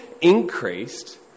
increased